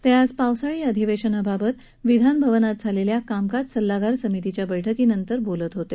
ते आज पावसाळी अधिवेशनाबाबत विधानभवनात झालेल्या कामकाज सल्लागार समितीच्या बैठकीनंतर बोलत होते